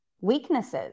weaknesses